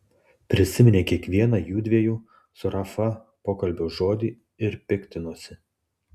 prisiminė kiekvieną jųdviejų su rafa pokalbio žodį ir piktinosi